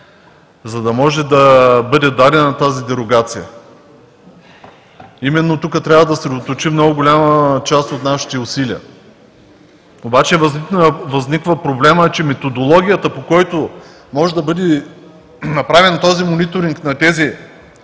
за да може да бъде дадена тази дерогация. Именно тук трябва да съсредоточим много голяма част от нашите усилия, обаче възниква проблемът, че методологията, по която може да бъде направен този мониторинг на тези